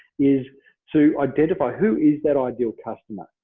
is to identify who is that ideal customer.